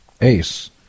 Ace